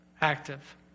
active